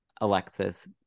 Alexis